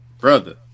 Brother